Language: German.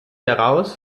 heraus